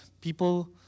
people